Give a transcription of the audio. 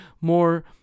more